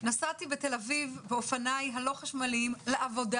פה --- נסעתי בתל אביב באופניי הלא חשמליים לעבודה